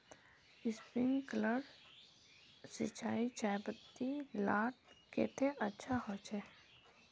Sprinkler सिंचाई चयपत्ति लार केते अच्छा होचए?